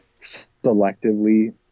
selectively